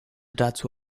dazu